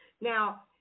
Now